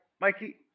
Mikey